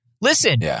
Listen